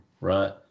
right